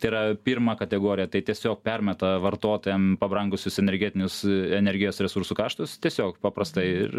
tai yra pirma kategorija tai tiesiog permeta vartotojam pabrangusius energetinius energijos resursų kaštus tiesiog paprastai ir